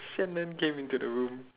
Shannon came into the room